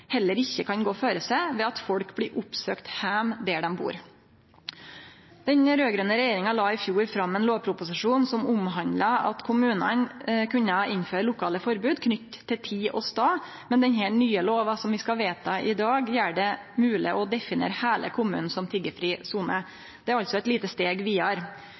heller ikkje kan gå føre seg ved at folk blir oppsøkte heime der dei bur. Den raud-grøne regjeringa la i fjor fram ein lovproposisjon som omhandla at kommunane kunne innføre lokale forbod knytt til tid og stad, men denne nye lova som vi skal vedta i dag, gjer det mogleg å definere heile kommunen som tiggefri sone. Det er altså eit lite steg vidare.